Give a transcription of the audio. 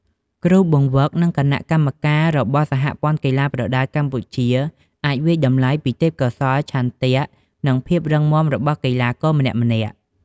គ្រូបង្វឹក និងគណៈកម្មការរបស់សហព័ន្ធកីឡាប្រដាល់កម្ពុជា អាចវាយតម្លៃពីទេពកោសល្យ ឆន្ទៈ និងភាពរឹងមាំរបស់កីឡាករម្នាក់ៗ។